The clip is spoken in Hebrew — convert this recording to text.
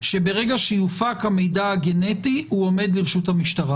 ברגע שיופק המידע הגנטי הוא עומד לרשות המשטרה?